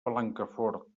blancafort